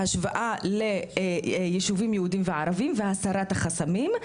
בהשוואה לישובים יהודים וערבים והסרת החסמים.